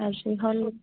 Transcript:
আজি হ'ল